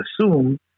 assume